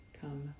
come